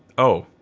oh.